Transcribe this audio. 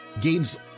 Games